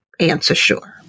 AnswerSure